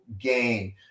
gain